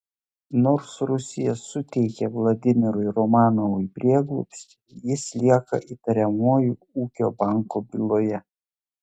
nors rusija suteikė vladimirui romanovui prieglobstį jis lieka įtariamuoju ūkio banko byloje